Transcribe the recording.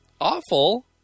Awful